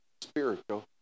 spiritual